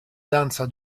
danza